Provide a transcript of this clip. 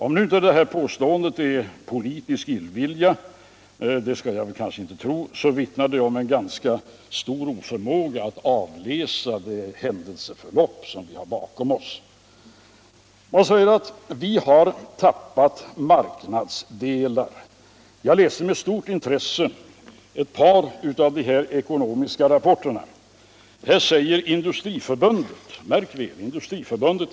Om nu inte detta påstående är ett utslag av politisk illvilja — det skall Jag kanske inte tro — så vittnar det om en ganska stor oförmäga att avläsa det händelseförlopp vi har bakom oss. Man säger att vi har tappat marknadsandetar. Jag läste med stort intresse ett par av de ekonomiska rapporterna. Industriförbundet - märk viäl: Industriförbundet!